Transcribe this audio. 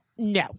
No